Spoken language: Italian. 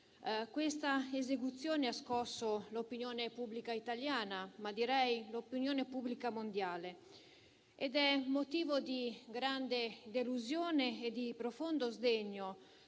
Questa esecuzione ha scosso l'opinione pubblica italiana, ma direi l'opinione pubblica mondiale. È motivo di grande delusione e di profondo sdegno